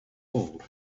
world